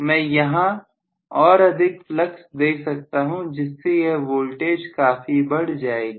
मैं यहां और अधिक फ्लक्स दे सकता हूं जिससे यह वोल्टेज काफी बढ़ जाएगा